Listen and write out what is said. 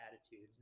attitudes